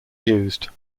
used